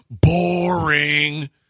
Boring